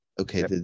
Okay